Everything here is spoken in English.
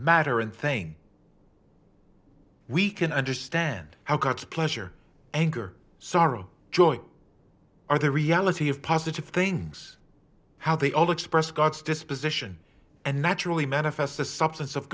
matter and thing we can understand how god's pleasure anger sorrow joy are the reality of positive things how they all express god's disposition and naturally manifest the substance of